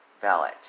valid